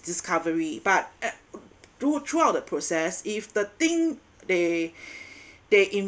discovery but at through throughout the process if the thing they they